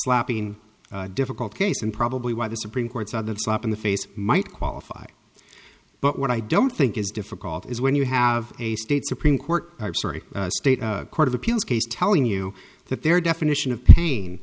slapping a difficult case and probably why the supreme court's other slap in the face might qualify but what i don't think is difficult is when you have a state supreme court or sorry state court of appeals case telling you that their definition of pain